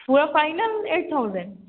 پورا final eight thousand